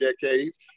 decades